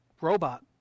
robot